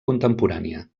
contemporània